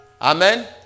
amen